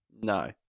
No